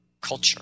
culture